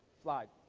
slide.